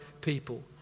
people